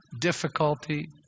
difficulty